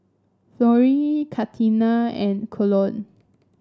Florie Katina and Colon